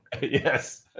yes